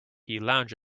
lounge